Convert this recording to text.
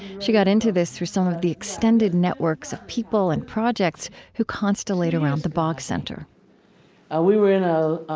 she got into this through some of the extended networks of people and projects who constellate around the boggs center ah we were in ah